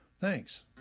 Thanks